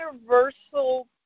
universal